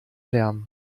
lärm